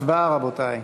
הצבעה, רבותי.